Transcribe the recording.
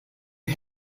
you